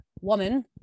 woman